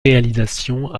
réalisations